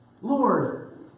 Lord